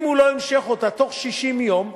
אם הוא לא ימשוך אותם בתוך 60 יום,